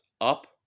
up